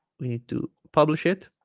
we need to publish it